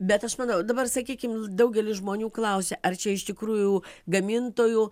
bet aš manau dabar sakykim daugelis žmonių klausia ar čia iš tikrųjų gamintojų